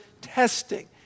testing